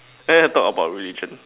yeah yeah talk about religion